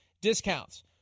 discounts